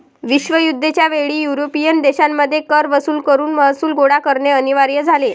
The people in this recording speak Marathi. विश्वयुद्ध च्या वेळी युरोपियन देशांमध्ये कर वसूल करून महसूल गोळा करणे अनिवार्य झाले